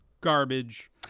garbage